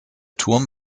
turm